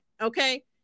Okay